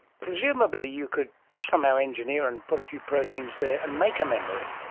presumably you could somehow engineer and put a few proteins there and make a memory,